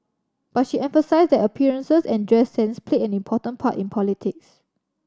but she emphasised that appearances and dress sense played an important part in politics